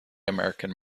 american